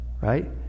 right